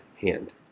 hand